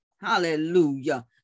Hallelujah